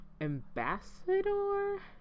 ambassador